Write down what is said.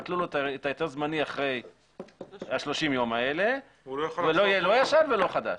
יבטלו לו את ההיתר הזמני אחרי ה-30 ימים האלה ולא יהיה לא ישן ולא חדש.